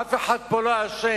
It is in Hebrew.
אף אחד פה לא אשם